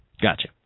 Gotcha